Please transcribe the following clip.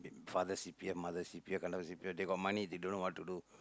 father C_P_F mother C_P_F கண்டவன்:kandavan C_P_F they got money they don't know what to do